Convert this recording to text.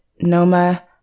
NOMA